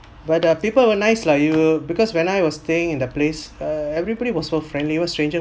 but there are people who are nice lah you because when I was staying in the place ah everybody was so friendly even stranger